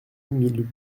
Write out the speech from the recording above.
mille